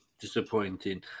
Disappointing